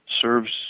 serves